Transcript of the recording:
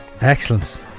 Excellent